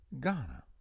Ghana